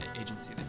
agency